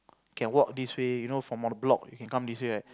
can walk this way you know from other block you can come this way right